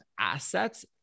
assets